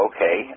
Okay